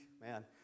man